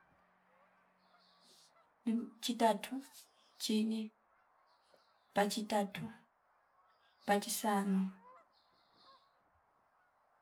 Jum chitatu, chini, ta chitatu, pachi sano.